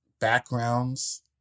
backgrounds